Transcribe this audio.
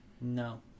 No